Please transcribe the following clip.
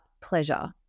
pleasure